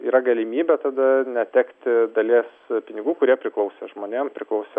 yra galimybė tada netekti dalies pinigų kurie priklausė žmonėm priklausė